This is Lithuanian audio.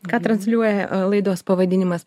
ką transliuoja a laidos pavadinimas